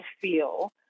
feel